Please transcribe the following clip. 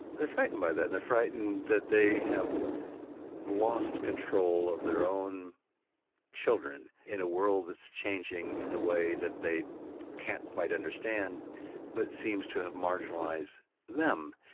they're frightened by that and they're frightened that they have lost control of their own children in a world that's changing in a way that they can't quite understand but seems to have marginalised them.